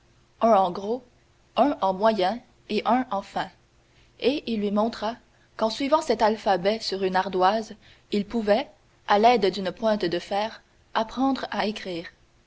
un en gros un en moyen et un en fin et il lui montra qu'en suivant cet alphabet sur une ardoise il pouvait à l'aide d'une pointe de fer apprendre à écrire